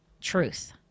truth